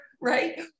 right